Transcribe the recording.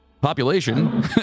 Population